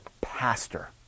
pastor